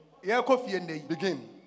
begin